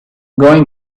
going